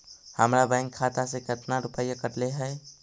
हमरा बैंक खाता से कतना रूपैया कटले है?